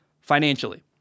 financially